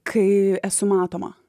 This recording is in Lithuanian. kai esu matoma